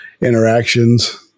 interactions